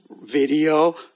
video